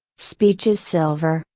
speech is silver,